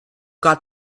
got